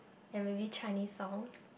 and maybe Chinese songs